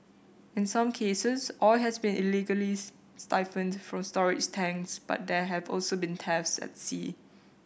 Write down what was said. in some cases oil has been illegally siphoned from storage tanks but there have also been thefts at sea